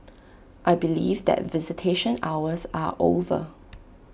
I believe that visitation hours are over